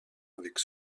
avec